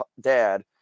dad